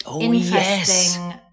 interesting